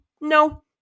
No